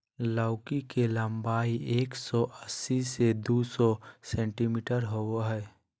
लौकी के लम्बाई एक सो अस्सी से दू सो सेंटीमिटर होबा हइ